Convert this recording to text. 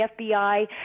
FBI